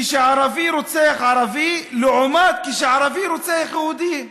כשערבי רוצח ערבי לעומת כשערבי רוצח יהודי.